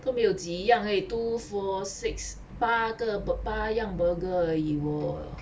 都没有几样而已 two four six 八个 bur~ 八样 burger 而已